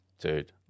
Dude